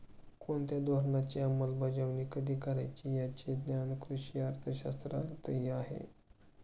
कोणत्या धोरणाची अंमलबजावणी कधी करायची याचे ज्ञान कृषी अर्थशास्त्रातही आहे